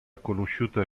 conosciuta